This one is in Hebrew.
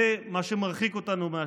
זה מה שמרחיק אותנו מהשלום,